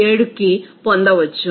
97కి పొందవచ్చు